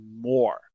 more